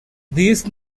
these